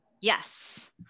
Yes